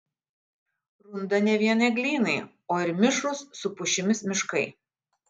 runda ne vien eglynai o ir mišrūs su pušimis miškai